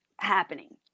happening